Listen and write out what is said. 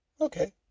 Okay